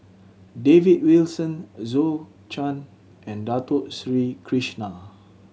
David Wilson Zhou Can and Dato Sri Krishna